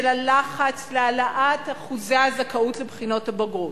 הלחץ להעלאת אחוזי הזכאויות לבחינות הבגרות.